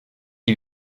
die